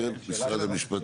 כן, משרד המשפטים.